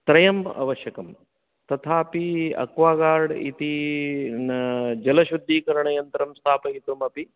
त्रयम् अवश्यकं तथापि अक्वा गार्ड् इति न जलशुद्धीकरणयन्त्रं स्थापयितुमपि